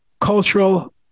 cultural